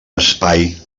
espai